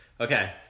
Okay